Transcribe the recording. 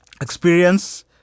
experience